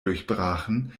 durchbrachen